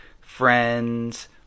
friends